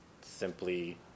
simply